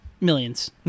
Millions